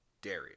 Darius